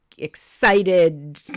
Excited